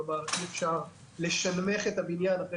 כלומר אי אפשר "לשנמך" את הבניין אחרי